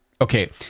okay